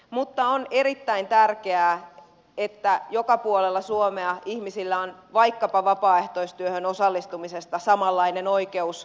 mutta on erittäin tärkeää että joka puolella suomea ihmisillä on vaikkapa vapaaehtoistyöhön osallistumiseen samanlainen oikeus